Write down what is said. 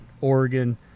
Oregon